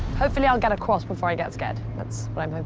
hopefully, i'll get across before i get scared. that's what i'm like